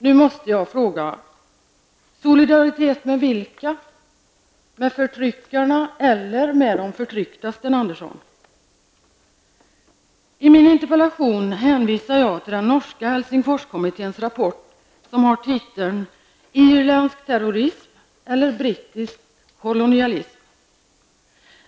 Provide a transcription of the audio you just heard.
Nu måste jag fråga: Solidaritet med vilka, med förtryckarna eller med de förtryckta, Sten Andersson? I min interpellation hänvisar jag till den norska Helsingforskommitténs rapport med titeln Irländsk terrorism eller brittisk kolonialism.